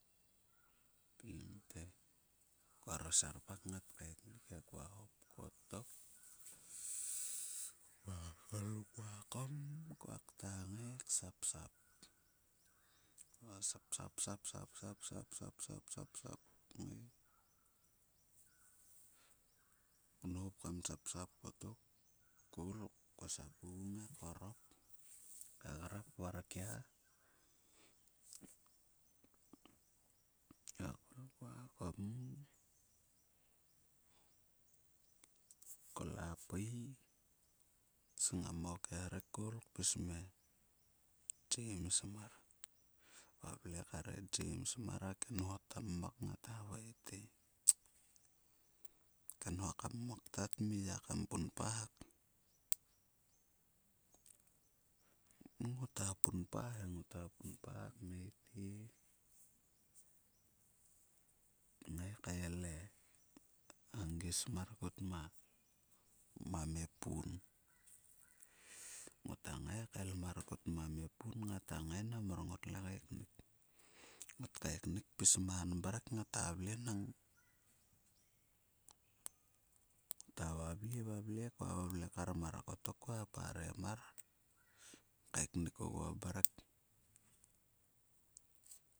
Kua pilimmte kuaro serpak ngat kaeknik he. Kua hop kottok kol kua kom kokta nagi ksapsap. Kua sapsap, sapsap, sapsap, knop kam sapsap kottok koul kua sap ogu korop. Ka grap varkia, kol kua kom, klol o kerik kia sngam o kerik koul kpis me jems mar. Kua vle kre jems ma r kaes ko a kenho a mmok. Ngat havai te, "a kenho ka mmok ta tmi ya kam punpa hak." To ngota punpa he, ngota punpa he, ngota punpa kngai te. Ngai kael agis mar kut mamepun. Ngota ngai kael mar kut mamepun ngata nage nang mor kaeknik. Ngot kaeknik pis amn mrek ngata vle nang. Ngota vavle vavle kua parem ma kaeknuk ogua mrek.